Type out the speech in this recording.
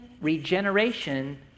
regeneration